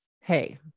Hey